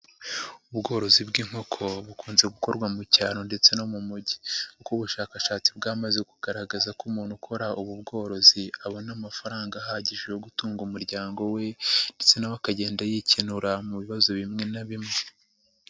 Ubworozi bw'inkoko bukunze gukorwa mu cyaro ndetse no mu mujyi kuko ubushakashatsi bwamaze kugaragaza ko umuntu ukora ubu bworozi, abona amafaranga ahagije yo gutunga umuryango we ndetse na we akagenda yikenura mu bibazo bimwe na bimwe.